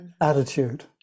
attitude